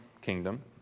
kingdom